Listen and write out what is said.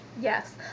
Yes